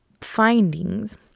findings